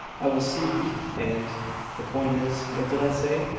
i was sleepy, and the point is, what did i say?